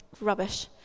rubbish